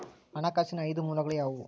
ಹಣಕಾಸಿನ ಐದು ಮೂಲಗಳು ಯಾವುವು?